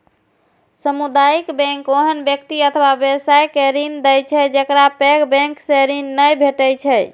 सामुदायिक बैंक ओहन व्यक्ति अथवा व्यवसाय के ऋण दै छै, जेकरा पैघ बैंक सं ऋण नै भेटै छै